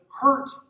hurt